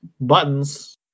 buttons